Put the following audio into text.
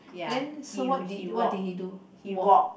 then so what did what did he do walk